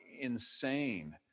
insane